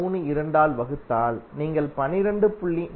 632 ஆல் வகுத்தால் நீங்கள் 12